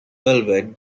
velvet